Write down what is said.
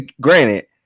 granted